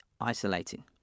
isolating